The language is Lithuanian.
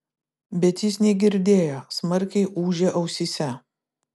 bet jis negirdėjo smarkiai ūžė ausyse